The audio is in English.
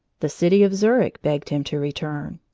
the city of zurich begged him to return.